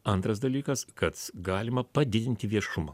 antras dalykas kad galima padidinti viešumą